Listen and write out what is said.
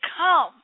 come